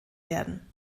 werden